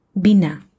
Bina